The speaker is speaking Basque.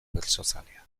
bertsozaleak